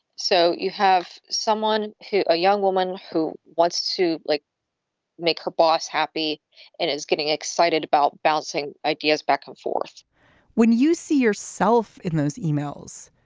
so you have someone who a young woman who wants to like make her boss happy and is getting excited about bouncing ideas back and forth wouldn't you see yourself in those emails?